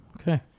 Okay